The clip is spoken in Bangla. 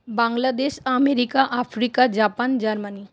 Bangladesh America Africa Japan Germany